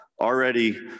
already